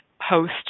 host